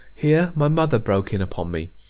here my mother broke in upon me.